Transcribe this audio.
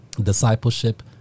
discipleship